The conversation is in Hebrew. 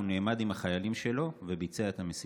הוא נעמד עם החיילים שלו וביצע את המשימה.